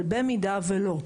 אבל במידה ולא,